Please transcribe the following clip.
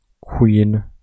Queen